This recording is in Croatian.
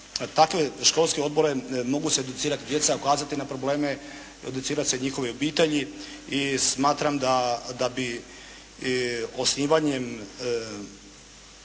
takve školske odbore mogu se educirati djeca, ukazati na probleme, educirati se njihove obitelji. I smatram da bi osnivanjem